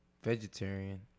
vegetarian